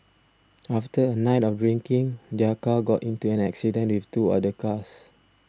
after a night of drinking their car got into an accident with two other cars